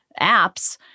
apps